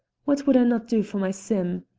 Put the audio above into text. what would i not do for my sim?